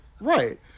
Right